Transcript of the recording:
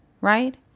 right